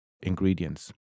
ingredients